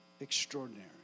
Extraordinary